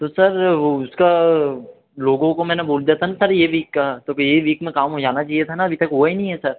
तो सर वो उसका लोगों को मैंने बोल दिया था ना सर ये वीक का तो फिर यही वीक में काम हो जाना चाहिए था ना अभी तक हुआ ही नहीं है सर